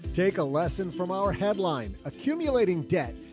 take a lesson from our headline accumulating debt.